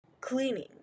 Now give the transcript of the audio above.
cleaning